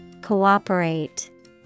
Cooperate